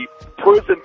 prison